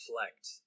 reflect